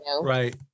Right